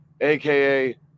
aka